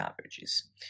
averages